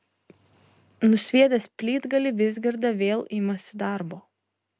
nusviedęs plytgalį vizgirda vėl imasi darbo